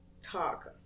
talk